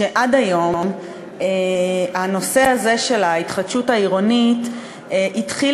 לכך שעד היום הנושא הזה של ההתחדשות העירונית התחיל